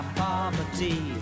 poverty